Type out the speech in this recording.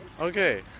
Okay